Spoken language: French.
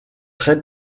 très